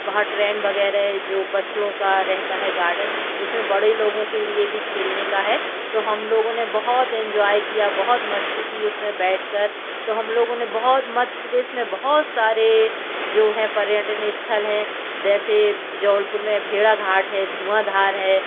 वहाँ ट्रेन वग़ैरह है जो बच्चों का रहता है गार्डन उसमें बड़े लोगों के लिए भी खेलने का है तो हम लोगों ने बहुत एंजॉय किया बहुत मस्ती की उसमें बैठ कर तो हम लोगों ने बहुत मध्य प्रदेश में बहुत सारे जो है पर्यटन स्थल है वैसे जबलपुर में भेड़ाघाट है धुआँधार है